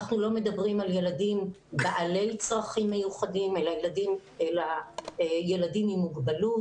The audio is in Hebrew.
אנחנו לא מדברים על ילדים בעלי צרכים מיוחדים אלא על ילדים עם מוגבלות,